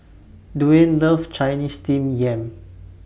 Dwaine loves Chinese Steamed Yam